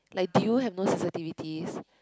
like do you have no sensitivities